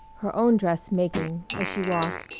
her own dress making, as she walked,